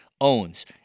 owns